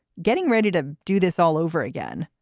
getting ready to do this all over again.